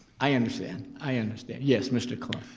i understand, i understand, yes mr. cologne.